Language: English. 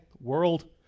world